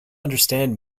understand